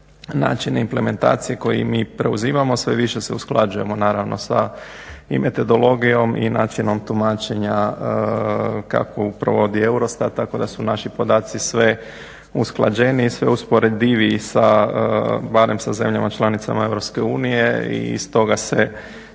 način implementacije koje mi preuzimamo. Sve više se usklađujemo sa i metodologijom i načinom tumačenja kakvu provodi EUROSTAT tako da su naši podaci sve usklađeniji, sve usporediviji barem sa zemljama članicama EU i stoga se